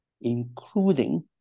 including